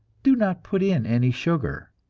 do not put in any sugar.